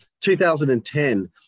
2010